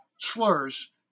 slurs